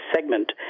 segment